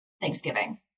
Thanksgiving